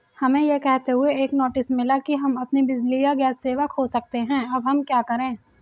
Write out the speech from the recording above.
हमें यह कहते हुए एक नोटिस मिला कि हम अपनी बिजली या गैस सेवा खो सकते हैं अब हम क्या करें?